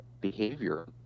behavior